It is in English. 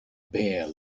bare